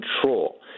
control